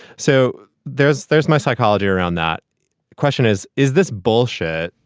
so there's there's my psychology around. that question is, is this bullshit?